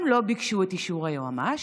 הם לא ביקשו את אישור היועמ"ש,